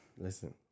Listen